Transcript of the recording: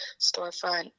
storefront